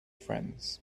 friends